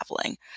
traveling